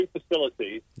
facilities